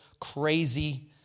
crazy